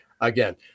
again